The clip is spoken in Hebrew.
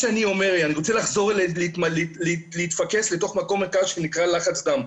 אני רוצה לחזור להתפקס לתוך המקום שנקרא לחץ דם.